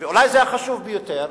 אולי זה החשוב ביותר,